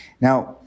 Now